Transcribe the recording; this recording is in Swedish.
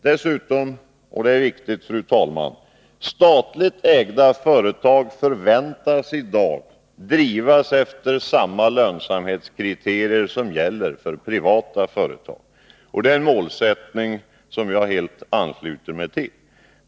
Dessutom — och, fru talman, det är viktigt: Statligt ägda företag förväntas i dag drivas efter samma lönsamhetskriterier som gäller för privata företag. Det är en målsättning som jag helt ansluter mig till.